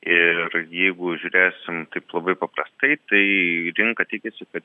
ir jeigu žiūrėsim taip labai paprastai tai rinka tikisi kad